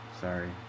Sorry